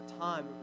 time